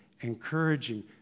encouraging